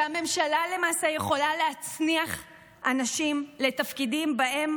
שהממשלה למעשה יכולה להצניח אנשים לתפקידים שבהם